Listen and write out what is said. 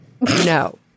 no